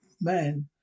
man